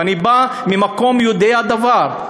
ואני בא ממקום יודע-דבר: